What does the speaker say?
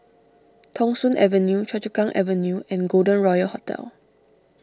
Thong Soon Avenue Choa Chu Kang Avenue and Golden Royal Hotel